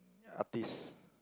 artist